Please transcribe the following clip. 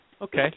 Okay